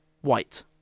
white